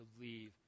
leave